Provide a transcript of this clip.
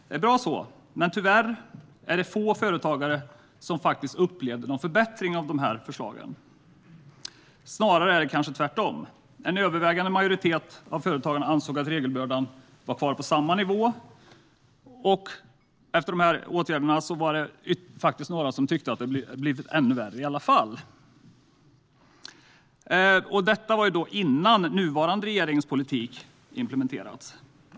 Gott så, men tyvärr är det få företagare som upplever någon faktisk förbättring till följd av dessa förslag. Snarare är det tvärtom. En övervägande majoritet av företagarna ansåg att regelbördan låg kvar på samma nivå, och det var faktiskt även några som tyckte att det hade blivit ännu värre efter dessa åtgärder. Detta var alltså innan den nuvarande regeringens politik implementerats.